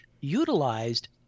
utilized